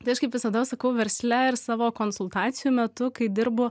tai aš kaip visada sakau versle ir savo konsultacijų metu kai dirbu